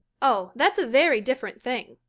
oh, that's a very different thing,